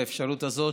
את האפשרות הזאת,